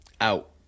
out